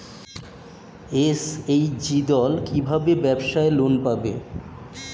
SHG দল কী ভাবে ব্যাবসা লোন পাবে?